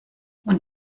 und